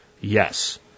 Yes